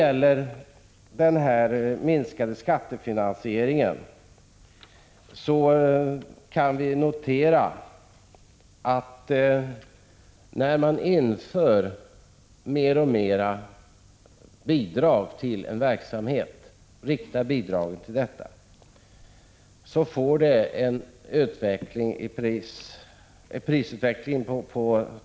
Beträffande minskad skattefinansiering kan vi notera att när man riktar mer bidrag till verksamheten, medför det en sådan prisutveckling att taxorna blir alltför låga.